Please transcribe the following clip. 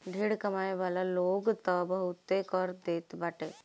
ढेर कमाए वाला लोग तअ बहुते कर देत बाटे